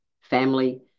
family